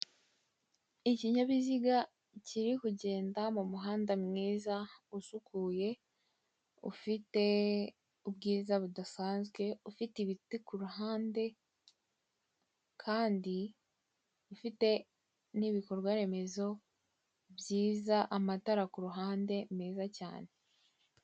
Ikinyabiziga kiri kugenda mumuhanda mwiza usukuye, ufite ubwiza budasanzwe, ufite ibiti kuruhande kandi ufite n'ibikorwaremezo byiza, amatara kuruhande meza cyane.